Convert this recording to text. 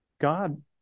God